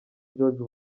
george